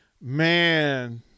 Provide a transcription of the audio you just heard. Man